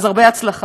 אז הרבה הצלחה.